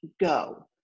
go